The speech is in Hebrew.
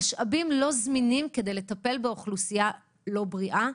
המשאבים לא זמינים כדי לטפל באוכלוסייה לא בריאה.